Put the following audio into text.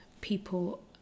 people